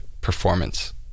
performance